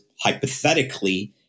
hypothetically